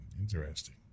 Interesting